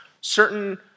certain